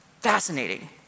Fascinating